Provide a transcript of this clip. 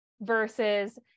versus